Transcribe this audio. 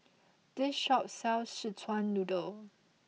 this shop sells Szechuan noodle